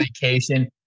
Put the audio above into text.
vacation